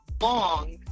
long